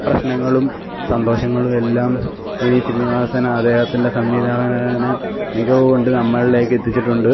പ്രശ്നങ്ങളും സന്തോഷങ്ങളും എല്ലാം വിനീത് ശ്രീനിവാസന് അദ്ദേഹത്തിന്റെ സംവിധാന മികവ് കൊണ്ട് നമ്മളിലേക്ക് എത്തിച്ചിട്ടുണ്ട്